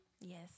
Yes